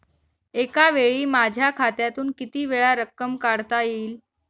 एकावेळी माझ्या खात्यातून कितीवेळा रक्कम काढता येईल?